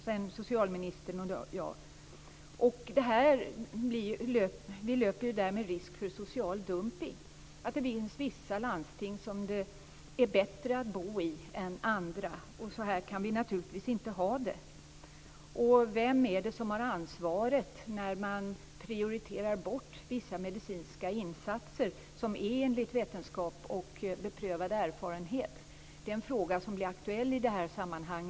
Vi löper därmed risk för social dumpning, att det finns vissa landsting som det är bättre att tillhöra än andra. Så kan vi naturligtvis inte ha det. Vem är det som har ansvaret när man prioriterar bort vissa medicinska insatser som sker enligt vetenskap och beprövad erfarenhet? Det är en fråga som blir aktuell i detta sammanhang.